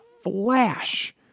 flash